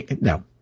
No